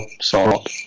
salt